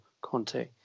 Conte